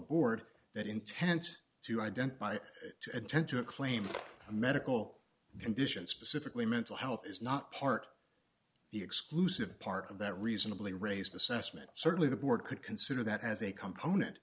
board that intent to ident by intent to a claim a medical condition specifically mental health is not part the exclusive part of that reasonably raised assessment certainly the board could consider that as a component